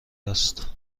است